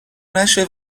نشه